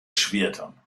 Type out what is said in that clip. schwertern